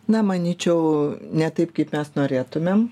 na manyčiau ne taip kaip mes norėtumėm